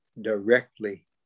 directly